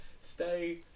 Stay